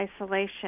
isolation